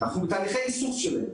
אנחנו בתהליכי איסוף שלהם.